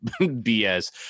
bs